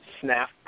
snap